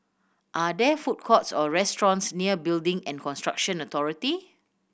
are there food courts or restaurants near Building and Construction Authority